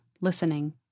listening